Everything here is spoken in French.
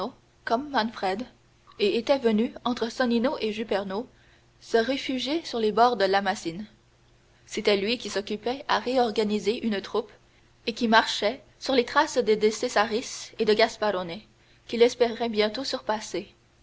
et était venu entre sonnino et juperno se réfugier sur les bords de l'amasine c'était lui qui s'occupait à réorganiser une troupe et qui marchait sur les traces de decesaris et de gasparone qu'il espérait bientôt surpasser